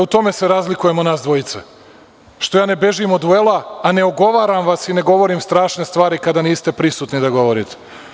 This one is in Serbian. U tome se razlikujemo nas dvojica, što ja ne bežim od duela a ne ogovaram vas i ne govorim strašne stvari kada niste prisutni da govorite.